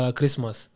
Christmas